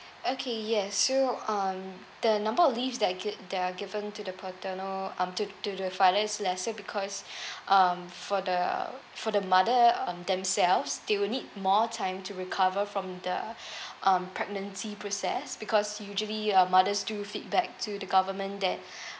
okay yes so um the number of leaves that are gi~ that are given to the paternal um to to the father is lesser because um for the for the mother um themselves they will need more time to recover from the um pregnancy process because usually uh mothers do feedback to the government that